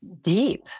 Deep